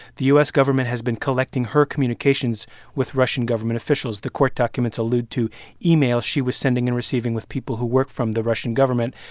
the u s. government has been collecting her communications with russian government officials the court documents allude to emails she was sending and receiving with people who work from the russian government.